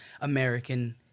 American